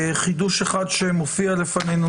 חידוש אחד שמופיע לפנינו,